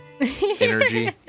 energy